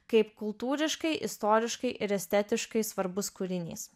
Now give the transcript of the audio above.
kaip kultūriškai istoriškai ir estetiškai svarbus kūrinys